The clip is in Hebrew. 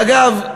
ואגב,